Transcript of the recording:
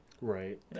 Right